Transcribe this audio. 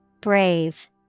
Brave